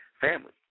family